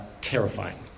terrifying